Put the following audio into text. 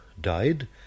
died